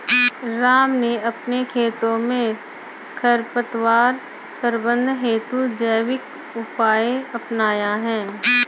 राम ने अपने खेतों में खरपतवार प्रबंधन हेतु जैविक उपाय अपनाया है